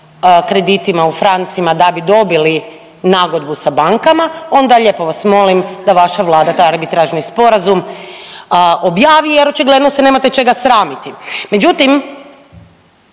kreditima u francima da bi dobili nagodbu sa bankama onda lijepo vas molim da vaša Vlada taj arbitražni sporazum objavi, jer očigledno se nemate čega sramiti.